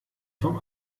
vom